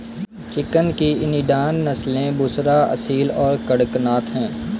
chicken की इनिडान नस्लें बुसरा, असील और कड़कनाथ हैं